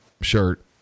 shirt